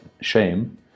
shame